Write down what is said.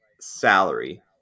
salary